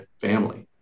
family